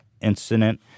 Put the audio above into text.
incident